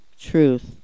truth